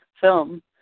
film